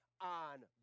on